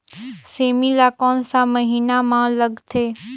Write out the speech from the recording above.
सेमी ला कोन सा महीन मां लगथे?